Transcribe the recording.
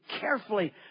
carefully